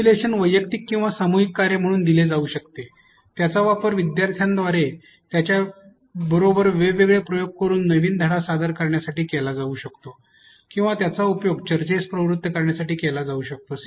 simulation वैयक्तिक किंवा सामूहिक कार्य म्हणून दिले जाऊ शकते त्याचा वापर विद्यार्थ्यांद्वारे त्याच्या बरोबर वेगवेगळे प्रयोग करून नवीन धडा सादर करण्यासाठी केला जाऊ शकतो किंवा त्याचा उपयोग चर्चेस प्रवृत्त करण्यासाठी केला जाऊ शकतो